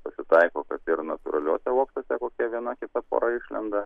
pasitaiko kad ir natūraliuose uoksuose kokia viena kita pora išlenda